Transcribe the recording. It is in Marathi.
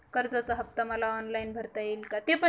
कर्जाचा हफ्ता मला ऑनलाईन भरता येईल का?